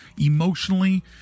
emotionally